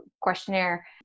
questionnaire